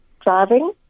driving